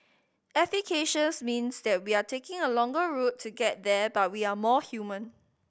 efficacious means that we are taking a longer route to get there but we are more human